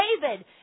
David